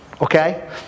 Okay